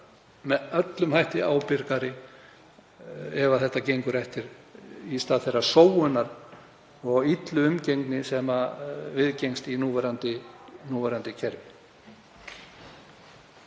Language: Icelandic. með öllum hætti ábyrgari ef þetta gengur eftir í stað þeirrar sóunar og illu umgengni sem viðgengst í núverandi kerfi.